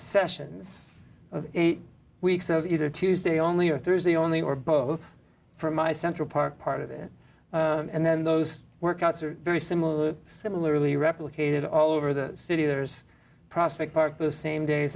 sessions of eight weeks of either tuesday only or thursday only or both for my central park part of it and then those workouts are very similar similarly replicated all over the city there's prospect park the same days